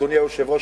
אדוני היושב-ראש,